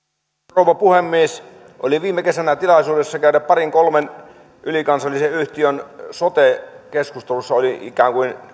rouva puhemies minulla oli viime kesänä tilaisuus käydä parin kolmen ylikansallisen yhtiön sote keskustelussa olin ikään kuin